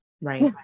right